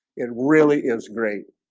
it really is great.